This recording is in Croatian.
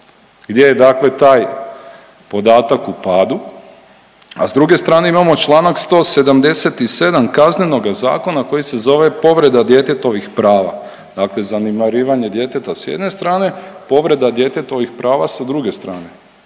gdje je dakle taj podatak u padu, s druge strane, imamo čl. 177 Kaznenoga zakona koji se zove povreda djetetovih prava, dakle zanemarivanje djeteta s jedne strane, povreda djetetovih prava sa druge strane,